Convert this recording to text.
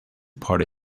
party